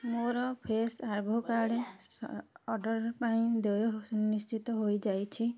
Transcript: ମୋର Fresho avocado order ପାଇଁ ଦେୟ ସୁନିଶ୍ଚିତ ହୋଇଯାଇଛି